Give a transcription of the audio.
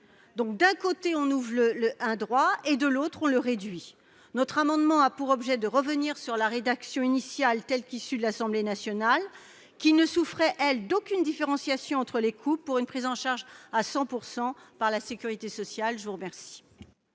D'un côté, on ouvre un droit ; de l'autre, on le réduit ... Notre amendement a pour objet de revenir à la rédaction issue de l'Assemblée nationale, qui ne souffrait, elle, aucune différenciation entre les couples pour une prise en charge à 100 % par la sécurité sociale. Quel